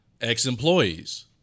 Ex-employees